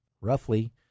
roughly